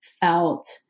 felt